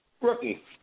Rookie